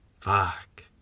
Fuck